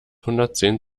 hundertzehn